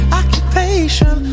occupation